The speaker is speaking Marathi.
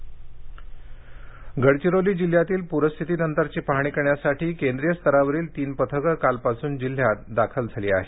गडचिरोली गडचिरोली जिल्ह्यातील प्रस्थितीनंतरची पाहणी करण्यासाठी केंद्रीय स्तरावरील तीन पथकं कालपासून जिल्ह्यात दाखल झाली आहेत